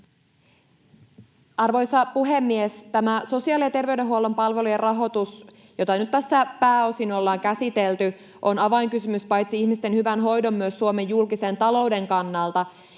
Arvoisa puhemies! Tämä sosiaali- ja terveydenhuollon palvelujen rahoitus, jota nyt tässä pääosin ollaan käsitelty, on avainkysymys paitsi ihmisten hyvän hoidon myös Suomen julkisen talouden kannalta.